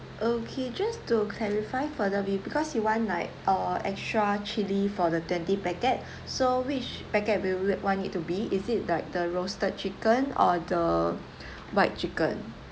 okay just to clarify further be because you like uh extra chili for the twenty packet so which packet will want it to be is it like the roasted chicken or the white chicken